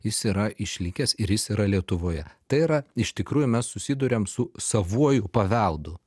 jis yra išlikęs ir jis yra lietuvoje tai yra iš tikrųjų mes susiduriam su savuoju paveldu